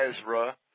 Ezra